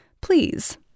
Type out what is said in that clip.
please